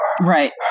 Right